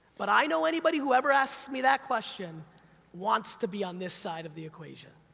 but i know anybody who ever asks me that question wants to be on this side of the equation.